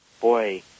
Boy